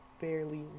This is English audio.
fairly